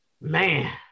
Man